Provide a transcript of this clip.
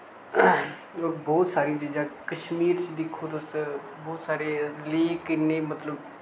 बहुत सारियां चीजां कश्मीर च दिक्खो तुस बहुत सारे लोक किन्ने मतलब